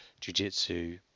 jiu-jitsu